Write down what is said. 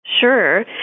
Sure